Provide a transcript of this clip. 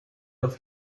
los